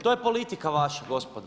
To je politika vaša gospodo.